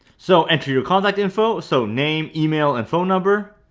so enter your contact info so name email and phone number